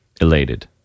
elated